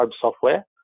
software